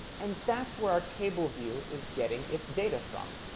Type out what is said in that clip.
and that's where our table view is getting its data from.